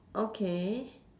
okay